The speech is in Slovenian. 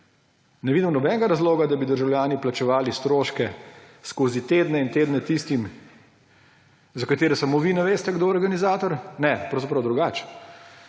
Ne vidim nobenega razloga, da bi državljani plačevali stroške skozi tedne in tedne tistim, za katere samo vi ne veste, kdo je organizator. Ne, pravzaprav drugače,